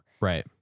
Right